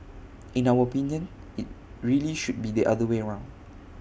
in our opinion IT really should be the other way round